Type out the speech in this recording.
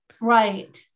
Right